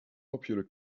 popular